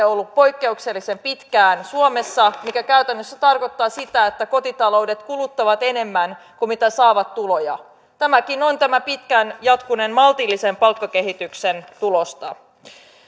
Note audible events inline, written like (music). (unintelligible) on ollut poikkeuksellisen pitkään negatiivinen säästämisaste mikä käytännössä tarkoittaa sitä että kotitaloudet kuluttavat enemmän kuin saavat tuloja tämäkin on tämän pitkään jatkuneen maltillisen palkkakehityksen tulosta